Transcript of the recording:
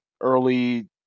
early